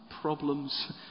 problems